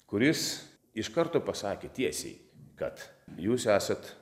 kuris iš karto pasakė tiesiai kad jūs esat